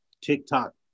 TikTok